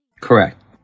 Correct